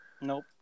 nope